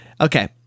Okay